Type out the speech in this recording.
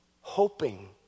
hoping